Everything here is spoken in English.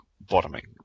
bottoming